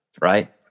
right